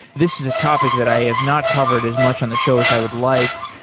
this is a topic that i have not covered as much on the show as i would like,